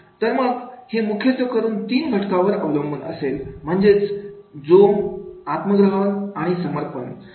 मग नंतर हे मुख्यत्वे करून तीन घटकावर ती अवलंबून असेल म्हणजेच जोम आत्म ग्रहण आणि समर्पण